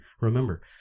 remember